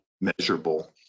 measurable